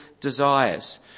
desires